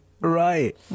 right